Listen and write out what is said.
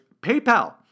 PayPal